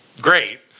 great